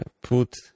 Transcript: put